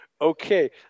okay